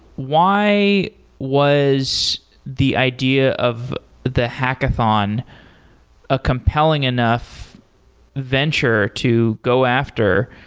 why was the idea of the hackathon a compelling enough venture to go after,